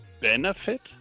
benefit